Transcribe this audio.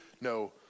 no